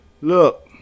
Look